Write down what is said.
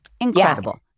Incredible